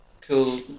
cool